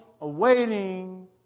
awaiting